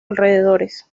alrededores